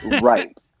right